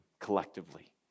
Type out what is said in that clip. collectively